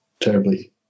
terribly